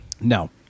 No